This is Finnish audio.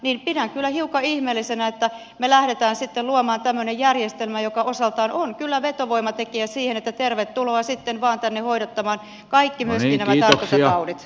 pidän kyllä hiukan ihmeellisenä että me lähdemme sitten luomaan tämmöisen järjestelmän joka osaltaan on kyllä vetovoimatekijä siihen että tervetuloa sitten vaan tänne hoidattamaan kaikki myöskin nämä tartuntataudit